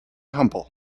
humble